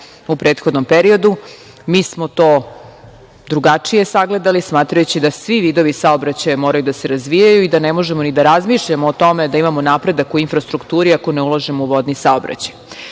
u prethodnom periodu. Mi smo to drugačije sagledali, smatrajući da svi vidovi saobraćaja moraju da se razvijaju i da ne možemo ni da razmišljamo o tome da imamo napredak u infrastrukturi ako ne ulažemo u vodni saobraćaj.